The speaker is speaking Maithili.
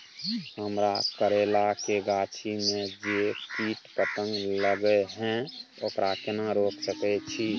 हमरा करैला के गाछी में जै कीट पतंग लगे हैं ओकरा केना रोक सके छी?